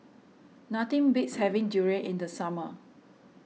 nothing beats having durian in the summer